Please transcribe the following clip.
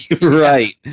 Right